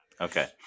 Okay